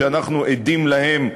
שאנחנו עדים להן,